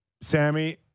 Sammy